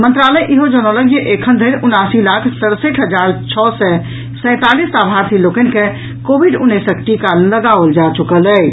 मंत्रालय इहो जनौलक जे एखनधरि उनासी लाख सड़सठि हजार छओ सय सैंतालीस लाभार्थी लोकनि के कोविड उन्नैसक टीका लगाओल जा चुकल अछि